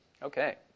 Okay